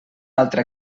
altra